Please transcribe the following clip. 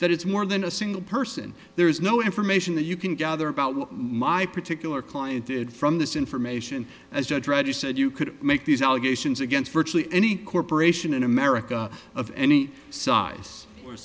that it's more than a single person there is no information that you can gather about what my particular client did from this information as judge reggie said you could make these allegations against virtually any corporation in america of any size